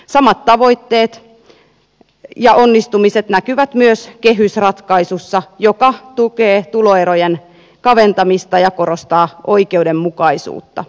samat tavoitteet ja onnistumiset näkyvät myös kehysratkaisussa joka tukee tuloerojen kaventamista ja korostaa oikeudenmukaisuutta